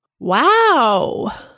Wow